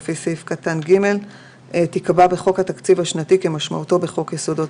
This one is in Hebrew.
לא ברור לי מה זה "בעל עניין" כהגדרתו בחוק ניירות ערך,